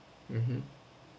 mmhmm